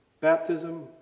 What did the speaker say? Baptism